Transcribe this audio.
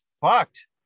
fucked